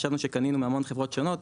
חשבנו שקנינו מהמון חברות שונות,